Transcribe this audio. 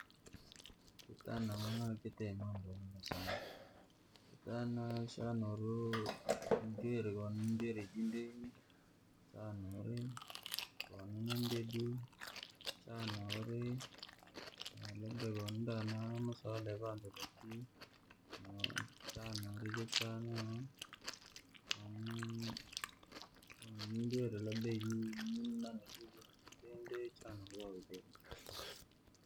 Kitana chatite mambo yamema sana, shana uri koninjweri iji ndihii, chana uri konindedu, chana uri labda ko niaya, masuala ya vantuvaki chana uri.